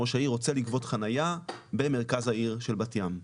ראש העיר רוצה לגבות חניה במרכז העיר של בתי ים,